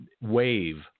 wave